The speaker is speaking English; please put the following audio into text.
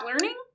learning